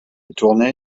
tourné